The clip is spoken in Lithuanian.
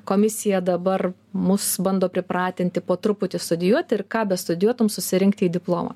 komisija dabar mus bando pripratinti po truputį studijuot ir ką bestudijuotum susirinkti į diplomą